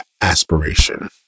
aspiration